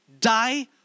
die